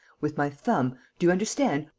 with my thumb do you understand?